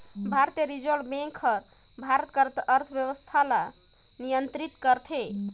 भारतीय reserve bank हर भारत कर अर्थबेवस्था ल नियंतरित करथे